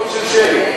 מפסידים.